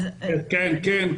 כן.